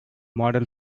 model